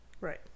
right